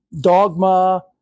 dogma